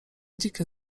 dzikie